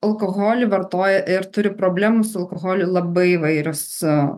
alkoholį vartoja ir turi problemų su alkoholiu labai įvairios